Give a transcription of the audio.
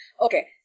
Okay